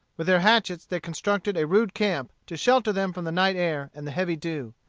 with their hatchets they constructed a rude camp to shelter them from the night air and the heavy dew.